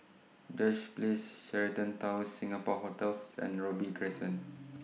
Duchess Place Sheraton Towers Singapore hotels and Robey Crescent